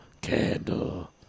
candle